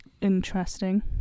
Interesting